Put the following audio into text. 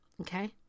Okay